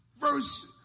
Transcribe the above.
verse